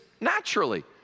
naturally